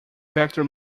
vector